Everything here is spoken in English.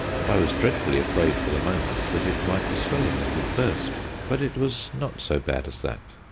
and i was dreadfully afraid for the moment that it might be swelling and would burst but it was not so bad as that.